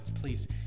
please